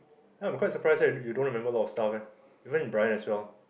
ya I'm quite surprised ah you don't remember a lot of stuff ah even Bryan as well